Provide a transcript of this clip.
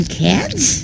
kids